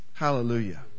hallelujah